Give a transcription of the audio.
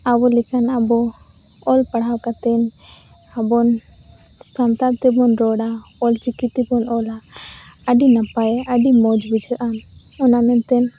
ᱟᱵᱚ ᱞᱮᱠᱟᱱ ᱟᱵᱚ ᱚᱞᱼᱯᱟᱲᱦᱟᱣ ᱠᱟᱛᱮᱱ ᱟᱵᱚᱱ ᱥᱟᱱᱛᱟᱲ ᱛᱮᱵᱚᱱ ᱨᱚᱲᱟ ᱚᱞ ᱪᱤᱠᱤ ᱛᱮᱵᱚᱱ ᱚᱞᱟ ᱟᱹᱰᱤ ᱱᱟᱯᱟᱭ ᱟᱹᱰᱤ ᱢᱚᱡᱽ ᱵᱩᱡᱷᱟᱹᱜᱼᱟ ᱚᱱᱟ ᱢᱮᱱᱛᱮ